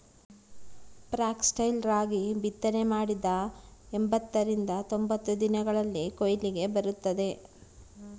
foxtail ರಾಗಿ ಬಿತ್ತನೆ ಮಾಡಿದ ಎಂಬತ್ತರಿಂದ ತೊಂಬತ್ತು ದಿನಗಳಲ್ಲಿ ಕೊಯ್ಲಿಗೆ ಬರುತ್ತದೆ